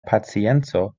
pacienco